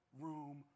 room